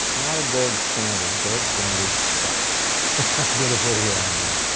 not a gold standard gold standards suck did a video on that